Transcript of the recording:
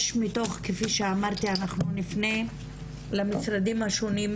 יש מתוך כפי שאמרתי אנחנו נפנה למשרדים השונים,